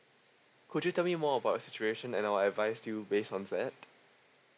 could you tell me more about your situation and I will advise you based on that